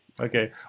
okay